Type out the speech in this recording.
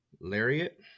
lariat